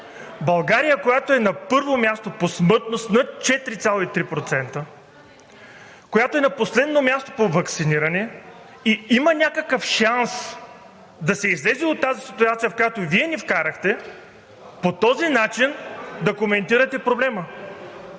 България, която е на първо място по смъртност – над 4,3%, която е на последно място по ваксиниране и има някакъв шанс да се излезе от тази ситуация, в която Вие ни вкарахте, по този начин да коментирате проблема?!